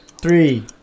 Three